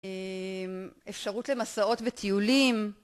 אפשרות למסעות וטיולים.